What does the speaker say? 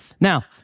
Now